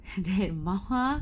that mahal